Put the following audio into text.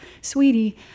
sweetie